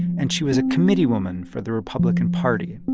and she was a committeewoman for the republican party.